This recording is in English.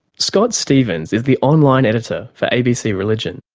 scott stephens is the online editor for abc religion.